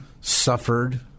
suffered